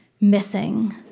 missing